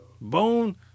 Bone